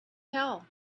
tell